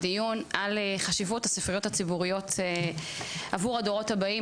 דיון על חשיבות הספריות הציבוריות עבור הדורות הבאים,